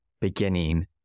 beginning